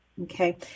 Okay